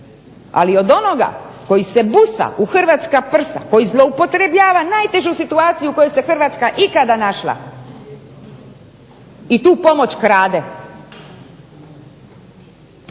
Ali od onoga koji se busa u hrvatska prsa, koji zloupotrebljava najtežu situaciju u kojoj se Hrvatska ikada našla i tu pomoć krade.